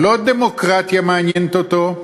לא דמוקרטיה מעניינת אותו,